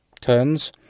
turns